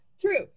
true